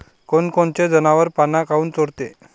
कोनकोनचे जनावरं पाना काऊन चोरते?